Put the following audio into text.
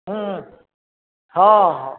हूँ हॅं हॅं